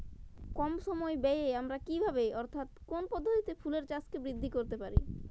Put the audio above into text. কম সময় ব্যায়ে আমরা কি ভাবে অর্থাৎ কোন পদ্ধতিতে ফুলের চাষকে বৃদ্ধি করতে পারি?